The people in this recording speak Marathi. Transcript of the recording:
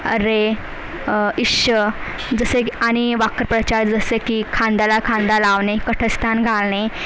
अरे इश्श जसे की आणि वाक्प्रचार जसे की खांद्याला खांदा लावणे कठस्थान घालणे